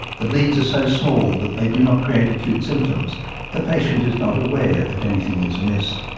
the bleeds are so small that they do not create acute symptoms the patient is not aware that anything is amiss.